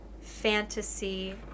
fantasy